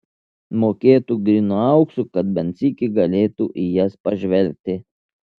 mokėtų grynu auksu kad bent sykį galėtų į jas pažvelgti